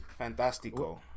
Fantastico